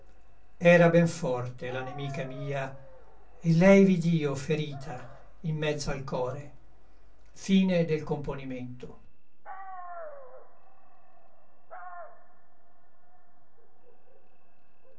era ben forte la nemica mia et lei vid'io ferita in mezzo l core